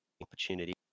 opportunity